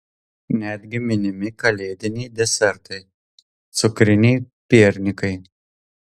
netgi minimi kalėdiniai desertai cukriniai piernikai